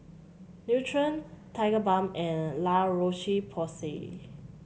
Nutren Tigerbalm and La Roche Porsay